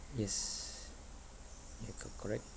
yes ye~ co~ correct